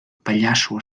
pallasso